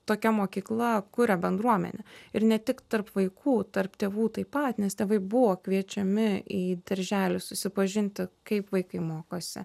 tokia mokykla kuria bendruomenę ir ne tik tarp vaikų tarp tėvų taip pat nes tėvai buvo kviečiami į darželį susipažinti kaip vaikai mokosi